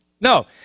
No